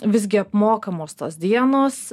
visgi apmokamos tos dienos